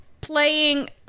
playing